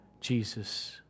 Jesus